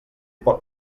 pot